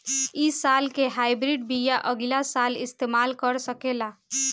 इ साल के हाइब्रिड बीया अगिला साल इस्तेमाल कर सकेला?